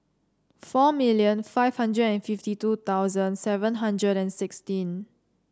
four million five hundred and fifty two seven hundred and sixteen